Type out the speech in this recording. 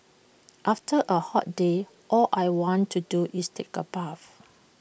after A hot day all I want to do is take A bath